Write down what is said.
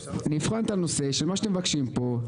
נבחן את הנושא של מה שאתם מבקשים פה,